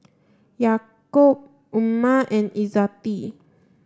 Yaakob Umar and Izzati